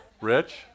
Rich